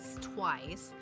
twice